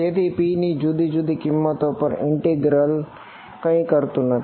તેથી p ની જુદી જુદી કિંમતો પર આ ઈન્ટિગ્રલ કઈ કરતું નથી